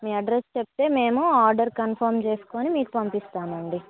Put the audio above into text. మీ address చెప్తే మేము order confirm చేసుకుని మీకు పంపిస్తామండి